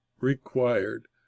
required